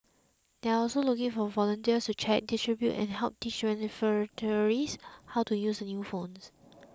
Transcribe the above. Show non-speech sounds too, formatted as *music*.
they're also looking for volunteers to check distribute and help teach *unintelligible* how to use the new phones